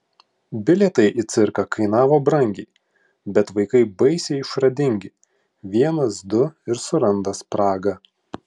bilietai į cirką kainavo brangiai bet vaikai baisiai išradingi vienas du ir suranda spragą